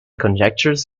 conjectures